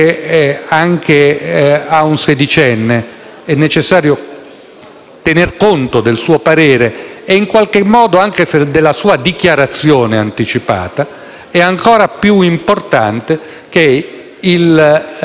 parere anche di un sedicenne e, in qualche modo, della sua dichiarazione anticipata, è ancora più importante che il consenso informato sia effettivo e che questo sia reso